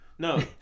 No